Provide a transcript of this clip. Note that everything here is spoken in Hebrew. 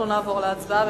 אנחנו נעבור להצבעה.